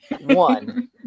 one